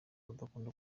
udakunda